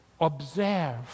observe